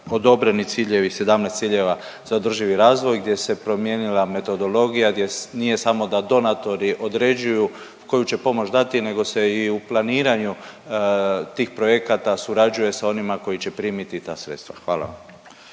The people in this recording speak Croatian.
odobreni ciljevi, 17 ciljeva za održivi razvoj, gdje se promijenila metodologija, gdje nije samo da donatori određuju koju će pomoć dati, nego se i u planiranju tih projekata surađuje sa onima koji će primiti ta sredstva. Hvala